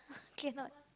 cannot